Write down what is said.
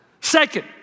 Second